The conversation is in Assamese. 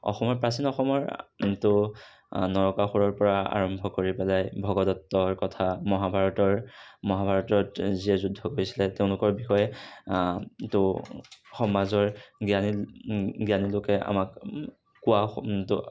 অসমৰ প্ৰাচীন অসমৰ নৰকাসুৰৰ পৰা আৰম্ভ কৰি পেলাই ভগদত্তৰ কথা মহাভাৰতৰ মহাভাৰতত যে যুদ্ধ হৈছিল তেওঁলোকৰ বিষয়ে ত' সমাজৰ জ্ঞানী জ্ঞানীলোকে আমাক কোৱা শুনো